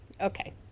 okay